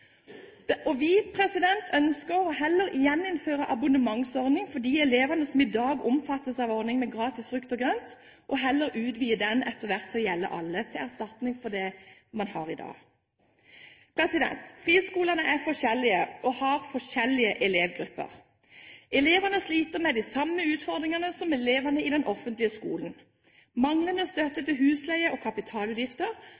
Vi ønsker heller å gjeninnføre en abonnementsordning for de elevene som i dag omfattes av ordningen med gratis frukt og grønt, og utvide den til etter hvert å gjelde alle, til erstatning for det man har i dag. Friskolene er forskjellige og har forskjellige elevgrupper. Elevene sliter med de samme utfordringene som elevene i den offentlige skolen. Manglende